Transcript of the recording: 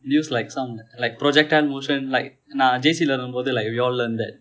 use like some like projectile motion like நான்:naan J_C இருந்தபோது:irunthapothu like we all learn that